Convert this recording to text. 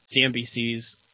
CNBC's